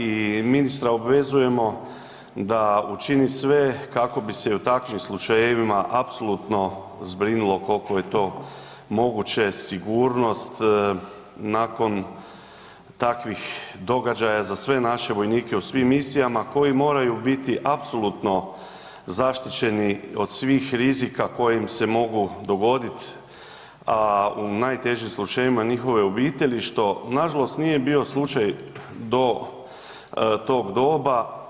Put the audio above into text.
I ministra obvezujemo da učini sve kako bi se i u takvim slučajevima apsolutno zbrinulo koliko je to moguće sigurnost nakon takvih događaja za sve naše vojnike u svim misijama koji moraju biti apsolutno zaštićeni od svih rizika koji im se mogu dogoditi, a u najtežim slučajevima njihove obitelji što nažalost nije bio slučaj do tog doba.